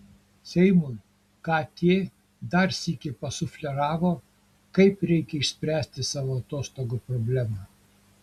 seimui kt dar sykį pasufleravo kaip reikia išspręsti savo atostogų problemą